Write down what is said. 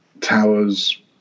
towers